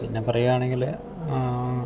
പിന്നെ പറയുകയാണെങ്കിൽ